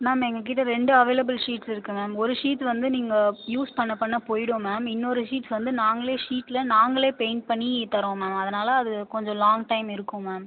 ma'am எங்கள்கிட்ட ரெண்டு available sheet இருக்கு மேம் ஒரு ஷீட் வந்து நீங்கள் யூஸ் பண்ண பண்ண போய்விடும் மேம் இன்னொரு ஷீட் வந்து நாங்களே ஷீட்டில் நாங்களே பெயிண்ட் பண்ணி தரோம் மேம் அதனால் அது கொஞ்சம் லாங்க் டைம் இருக்கும் மேம்